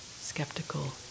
skeptical